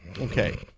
Okay